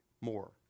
more